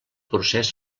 procés